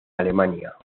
alemania